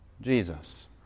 Jesus